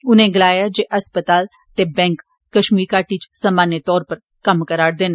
उनें गलाया जे अस्पताल ते बैंक कश्मीर इच सामान्य तौर उपपर कम्म करा करदे न